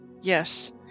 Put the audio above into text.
Yes